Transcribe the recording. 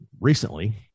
recently